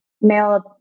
male